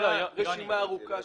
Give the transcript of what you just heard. התכניות תיקבענה מתוך רשימת השימושים.